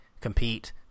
Compete